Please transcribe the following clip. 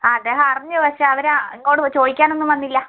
അദ്ദേഹം അറിഞ്ഞു പക്ഷേ അവര് ഇങ്ങോട്ട് ചോദിക്കാനൊന്നും വന്നില്ല